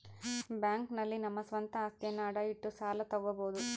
bank ನಲ್ಲಿ ನಮ್ಮ ಸ್ವಂತ ಅಸ್ತಿಯನ್ನ ಅಡ ಇಟ್ಟು ಸಾಲ ತಗೋಬೋದು